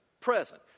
present